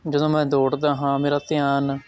ਜਦੋਂ ਮੈਂ ਦੌੜਦਾ ਹਾਂ ਮੇਰਾ ਧਿਆਨ